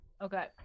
Okay